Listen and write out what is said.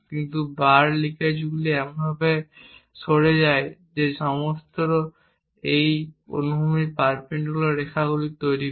কিন্তু বার লিঙ্কেজগুলি এমনভাবে সরে যায় যে এটি সর্বদা এই অনুভূমিক পারপেন্ডিকুলার রেখাগুলি তৈরি করে